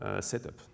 setup